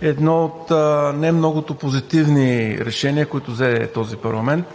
едно от немногото позитивни решения, които взе този парламент